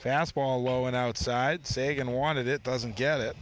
fastball low and outside sagan wanted it doesn't get it